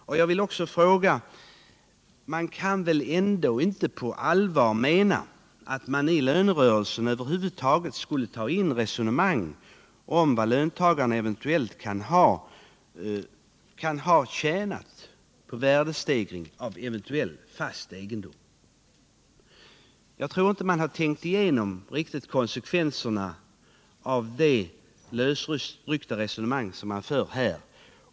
Jag vill i det sammanhanget fråga: Man kan väl inte på allvar mena att i lönerörelsen skall tas in resonemang om vad löntagarna eventuellt kan ha ”tjänat” på en värdestegring av fast egendom. Jag tror inte att socialdemokraterna har tänkt igenom konsekvenserna av det man här föreslår.